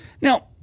Now